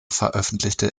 veröffentlichte